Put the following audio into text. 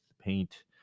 paint